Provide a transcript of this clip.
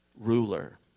ruler